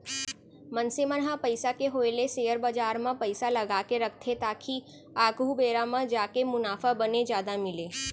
मनसे मन ह पइसा के होय ले सेयर बजार म पइसा लगाके रखथे ताकि आघु बेरा म जाके मुनाफा बने जादा मिलय